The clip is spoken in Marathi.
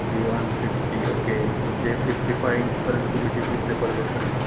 बियॉन्ड फिफ्टी ओके म्हणजे फिफ्टी फाय इंच पर्यंत तुम्ही टी वी प्रेफर करू शकता